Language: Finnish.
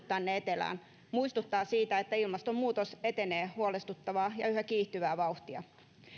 tänne etelään muistuttaa siitä että ilmastonmuutos etenee huolestuttavaa ja yhä kiihtyvää vauhtia